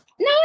No